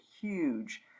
huge